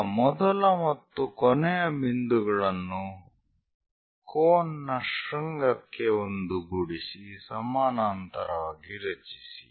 ಈಗ ಮೊದಲ ಮತ್ತು ಕೊನೆಯ ಬಿಂದುಗಳನ್ನು ಕೋನ್ ನ ಶೃಂಗಕ್ಕೆ ಒಂದುಗೂಡಿಸಿ ಸಮಾನಾಂತರವಾಗಿ ರಚಿಸಿ